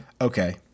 Okay